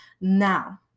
now